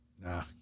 Nah